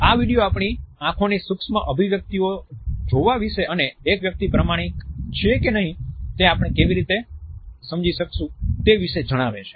આ વીડિયો આપણી આંખોની સૂક્ષ્મ અભિવ્યક્તિઓ જોવા વિશે અને એક વ્યક્તિ પ્રમાણિક છે કે નહિ તે આપણે કેવી રીતે સમજી શકીશું તે વિશે જણાવે છે